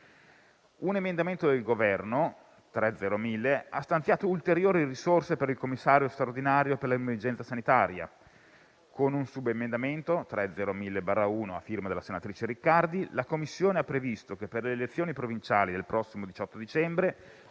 L'emendamento del Governo 3.0.1000 ha stanziato ulteriori risorse per il Commissario straordinario per l'emergenza sanitaria. Con il subemendamento 3.0.1000/1, a firma della senatrice Riccardi, la Commissione ha previsto che per le elezioni provinciali del prossimo 18 dicembre,